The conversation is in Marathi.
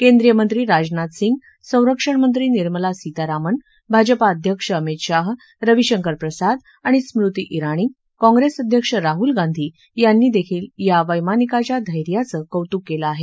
केंद्रीय मंत्री राजनाथ सिंह संरक्षणमंत्री निर्मला सीतारामन भाजपा अध्यक्ष अमित शाह रवीशंकर प्रसाद आणि स्मृती इराणी काँग्रेस अध्यक्ष राहुल गांधी यांनी देखील या वैमानिकाच्या धैर्याचं कौतुक केलं आहे